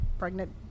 pregnant